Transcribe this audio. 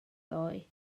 ddoe